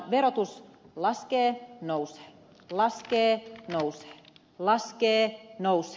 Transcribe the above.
verotus laskee nousee laskee nousee laskee nousee